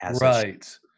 Right